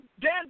Dan